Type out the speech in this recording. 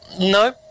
no